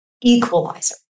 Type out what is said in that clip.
equalizer